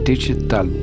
digital